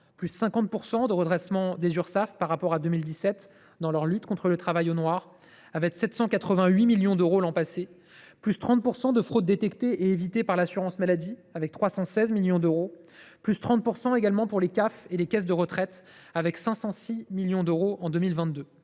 : +50 % de redressements des Urssaf par rapport à 2017 dans leur lutte contre le travail au noir avec 788 millions d’euros l’an passé ; +30 % de fraudes détectées et évitées par l’assurance maladie avec 316 millions d’euros ; +30 % également pour les CAF et les caisses de retraite avec 506 millions d’euros en 2022.